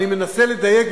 אני מנסה לדייק,